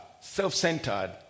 self-centered